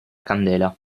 candela